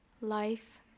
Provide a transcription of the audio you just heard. life